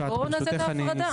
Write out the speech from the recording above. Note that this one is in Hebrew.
בואו נעשה את ההפרדה.